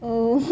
oh